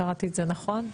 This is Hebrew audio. קראתי את זה נכון?